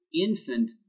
infant